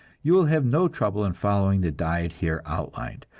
you will have no trouble in following the diet here outlined,